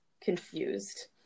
confused